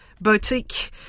Boutique